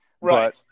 Right